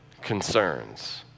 concerns